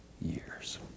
years